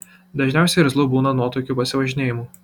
dažniausiai irzlu būna nuo tokių pasivažinėjimų